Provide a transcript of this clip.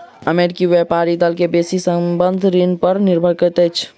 अमेरिकी व्यापारी दल के बेसी संबंद्ध ऋण पर निर्भर करैत अछि